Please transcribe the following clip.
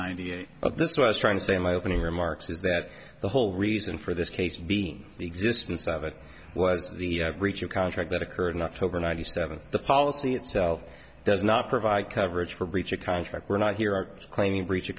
ninety eight this was trying to say in my opening remarks is that the whole reason for this case being the existence of it was the breach of contract that occurred in october ninety seven the policy itself does not provide coverage for breach of contract we're not here are claiming breach